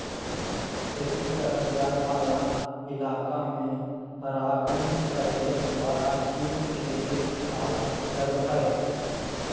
खेती करल जाय वाला इलाका में परागण करे वाला कीट के देखभाल करो हइ